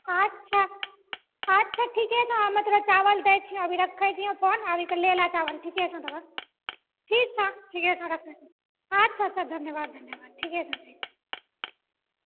अच्छा अच्छा ठीके छौ हमे तोरा चावल देइ छियो अभी रखय छियो फोन ठीक छौ ठीके छौ राखऽ अच्छा अच्छा धन्यवाद धन्यवाद ठीके छौ ठीक ठीक